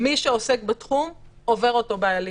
מי שעוסק בתחום עובר אותו בהליכה.